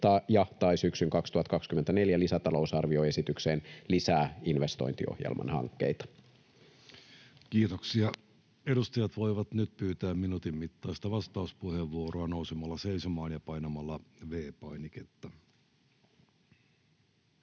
valtion talousarvioksi vuodelle 2025 Time: 13:11 Content: Kiitoksia. — Edustajat voivat nyt pyytää minuutin mittaista vastauspuheenvuoroa nousemalla seisomaan ja painamalla V-painiketta.